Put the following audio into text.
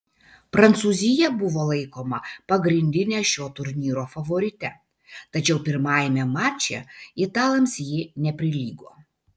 prancūzija buvo laikoma pagrindine šio turnyro favorite tačiau pirmajame mače italams ji neprilygo